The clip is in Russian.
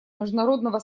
международного